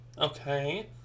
Okay